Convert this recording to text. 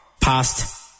past